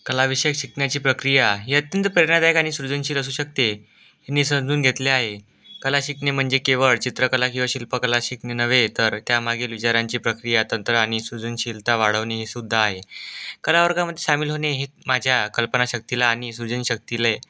कलाविषयक शिकण्याची प्रक्रिया ही अत्यंत प्रेरणादायक आणि सृजनशील असू शकते हे आणि समजून घेतले आहे कला शिकणे म्हणजे केवळ चित्रकला किंवा शिल्पकला शिकणे नव्हे तर त्यामागील विचारांची प्रक्रिया तंत्र आणि सृजनशीलता वाढवणे हेसुद्धा आहे कला वर्गामध्ये सामील होणे हे माझ्या कल्पनाशक्तीला आणि सृजनशक्तीला